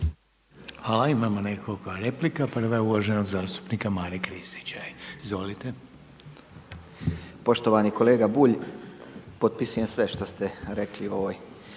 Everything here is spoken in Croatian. Hvala. Imamo nekoliko replika. Prva je uvaženog zastupnika Mare Kristića. Izvolite. **Kristić, Maro (MOST)** Poštovani kolega Bulj, potpisujem sve što ste rekli u ovoj